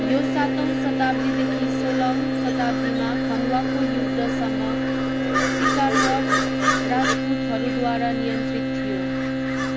यो सातौँ शताब्दीदेखि सोह्रौँ शताब्दीमा खनवाको युद्धसम्म सिकरवार राजपुतहरूद्वारा नियन्त्रित थियो